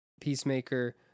Peacemaker